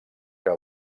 que